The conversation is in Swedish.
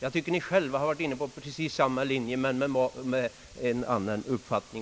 Ni har själva varit inne på precis samma linje men har nu en helt motsatt uppfattning.